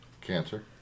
Cancer